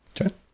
Okay